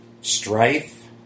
strife